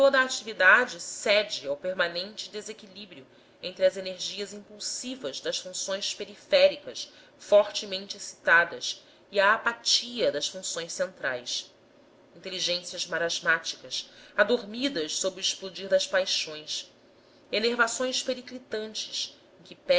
a atividade cede ao permanente desequilíbrio entre as energias impulsivas das funções periféricas fortemente excitadas e a apatia das funções centrais inteligências marasmáticas adormidas sob o explodir das paixões inervações